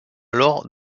alors